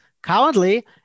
Currently